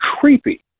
creepy